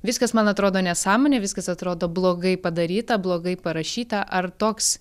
viskas man atrodo nesąmonė viskas atrodo blogai padaryta blogai parašyta ar toks